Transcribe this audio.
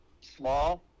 small